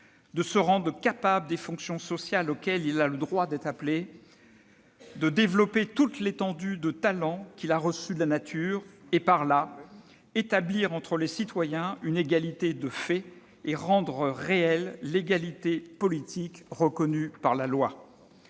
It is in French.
de se rendre capable des fonctions sociales auxquelles il a droit d'être appelé, de développer toute l'étendue des talents qu'il a reçus de la nature ; et par là, établir entre les citoyens une égalité de fait, et rendre réelle l'égalité politique reconnue par la loi.